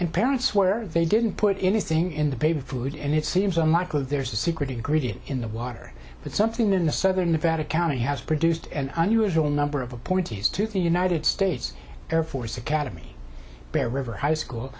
and parents where they didn't put anything in the baby food and it seems unlikely there's a secret ingredient in the water but something in the southern nevada county has produced an unusual number of appointees to united states air force academy bear river high school